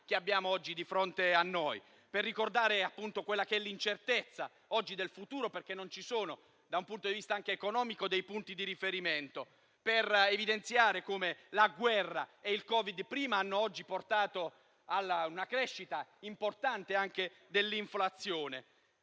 che abbiamo oggi di fronte a noi e per ricordare quale è oggi l'incertezza del futuro, perché non ci sono, anche da un punto di vista economico, dei punti di riferimento. Occorre evidenziare che la guerra e il Covid hanno portato ad una crescita importante dell'inflazione.